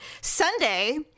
Sunday